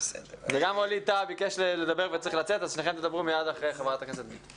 לשאול משהו ואתה תדבר אחרי שהיא תשלים את השאלה.